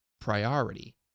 priority